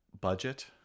Budget